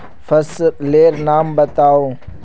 फसल लेर नाम बाताउ?